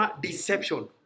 deception